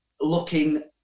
looking